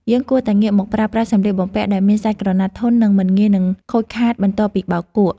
យើងគួរតែងាកមកប្រើប្រាស់សម្លៀកបំពាក់ដែលមានសាច់ក្រណាត់ធន់ និងមិនងាយនឹងខូចខាតបន្ទាប់ពីបោកគក់។